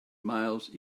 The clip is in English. miles